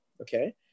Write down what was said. okay